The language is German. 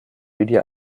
lydia